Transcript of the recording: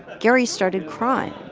gary started crying,